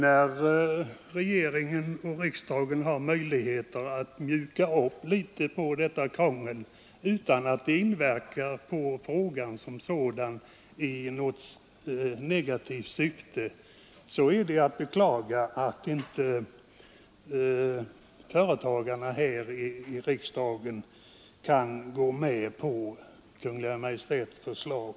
När regering och riksdag nu har möjlighet att mjuka upp litet av detta krångel utan att det negativt inverkar på frågan som sådan, är det att beklaga att inte företagarna här i riksdagen kan gå med på Kungl. Maj:ts förslag.